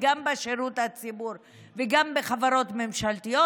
גם בשירות הציבורי וגם בחברות ממשלתיות.